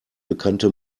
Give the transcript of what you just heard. bekannte